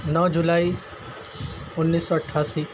نو جولائی انیس سو اٹھاسی